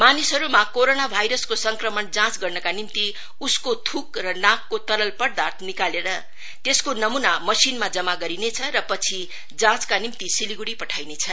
मानिसहरुमा corona भायरसको संक्रमण जाँच गर्नका निम्ति उसको मुखबाट थुक र नाको तरल पर्दाथ निकाली त्यसको नमुना मशिनमा जमा गरिनेछ र पछि जाँचका निम्ति सिलीगुढी पठाइनेछ